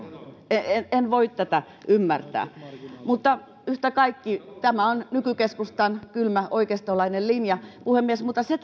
en en voi tätä ymmärtää mutta yhtä kaikki tämä on nykykeskustan kylmä oikeistolainen linja puhemies mutta se